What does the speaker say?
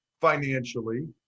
financially